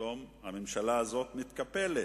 פתאום הממשלה הזאת מתקפלת.